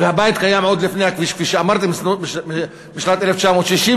והבית קיים עוד לפני הכביש, כפי שאמרתי משנת 1963,